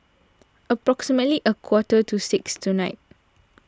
approximately a quarter to six tonight